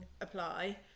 apply